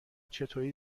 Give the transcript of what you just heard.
چطوری